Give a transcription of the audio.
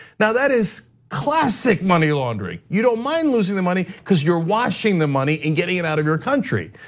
now that is classic money laundering, you don't mind losing the money cuz you're washing the money in getting it out of your country.